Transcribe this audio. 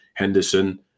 Henderson